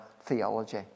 theology